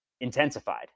intensified